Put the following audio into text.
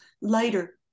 lighter